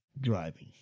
driving